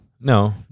No